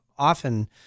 often